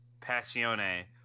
Passione